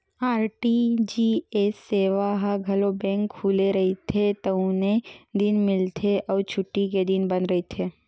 RTGS सेवा ह घलो बेंक खुले रहिथे तउने दिन मिलथे अउ छुट्टी के दिन बंद रहिथे